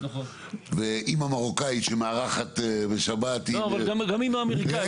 ואמא מרוקאית שמאחרת בשבת --- גם אמא אמריקאית.